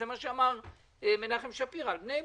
זה מה שאמר מנחם שפירא על בני ברק,